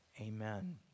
Amen